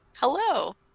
Hello